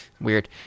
Weird